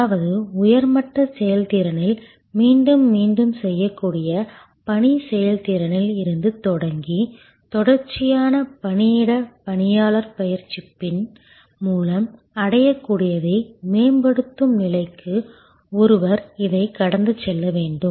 அதாவது உயர் மட்ட செயல்திறனில் மீண்டும் மீண்டும் செய்யக்கூடிய பணி செயல்திறனில் இருந்து தொடங்கி தொடர்ச்சியான பணியிட பணியாளர் பயிற்சியின் மூலம் அடையக்கூடியதை மேம்படுத்தும் நிலைக்கு ஒருவர் இதை கடந்து செல்ல வேண்டும்